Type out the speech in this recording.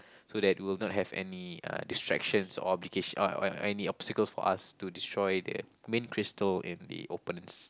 so that it would not have any uh distraction obligation or or any obstacles for us to destroy the main crystal in the opponent's